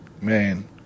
Man